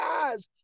guys